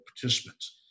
participants